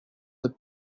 the